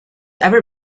ever